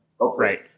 Right